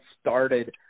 started